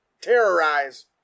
Terrorize